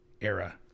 era